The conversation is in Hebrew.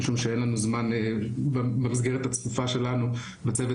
משום שאין לנו זמן במסגרת הצפופה שלנו בצוות